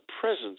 presence